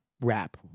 rap